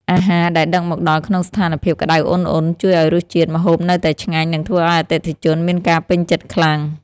អាហារដែលដឹកមកដល់ក្នុងស្ថានភាពក្ដៅអ៊ុនៗជួយឱ្យរសជាតិម្ហូបនៅតែឆ្ងាញ់ និងធ្វើឱ្យអតិថិជនមានការពេញចិត្តខ្លាំង។